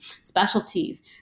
specialties